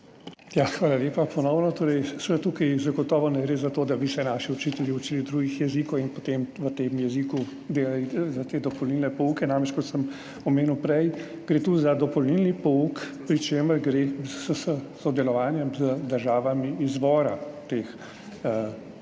Hvala lepa, ponovno. Tukaj zagotovo ne gre za to, da bi se naši učitelji učili drugih jezikov in potem v tem jeziku delali te dopolnilne pouke. Namreč kot sem omenil prej, gre tu za dopolnilni pouk, pri čemer gre za sodelovanje z državami izvora teh